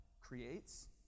creates